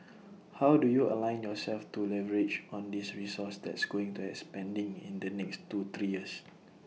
how do you align yourselves to leverage on this resource that's going to expanding in the next two three years